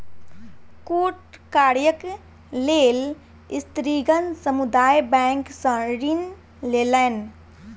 छोट कार्यक लेल स्त्रीगण समुदाय बैंक सॅ ऋण लेलैन